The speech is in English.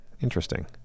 Interesting